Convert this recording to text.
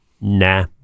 nah